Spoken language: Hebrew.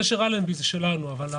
גשר אלנבי הוא באחריתנו.